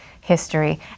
history